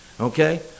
Okay